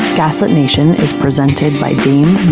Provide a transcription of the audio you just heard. gaslit nation is presented by dame